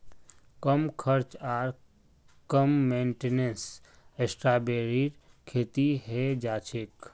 कम खर्च आर कम मेंटेनेंसत स्ट्रॉबेरीर खेती हैं जाछेक